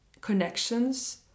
connections